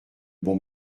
bon